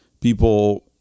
People